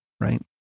Right